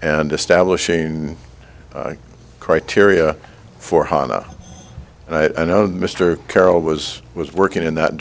and establishing criteria for hannah and i know that mr carroll was was working in that